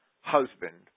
husband